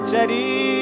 Teddy